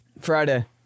Friday